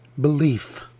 belief